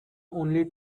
only